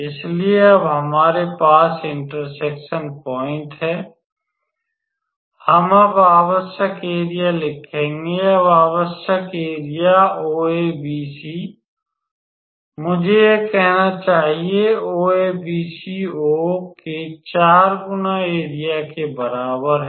इसलिए अब हमारे पास इंटरसेक्शन पॉइंट है हम अब आवश्यक एरिया लिखेंगे अब आवश्यक क्षेत्र OABC मुझे यह कहना चाहिए OABCO के 4 गुना एरिया के बराबर है